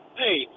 hey